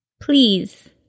Please